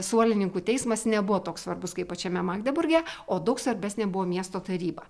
suolininkų teismas nebuvo toks svarbus kaip pačiame magdeburge o daug svarbesnė buvo miesto taryba